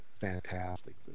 fantastic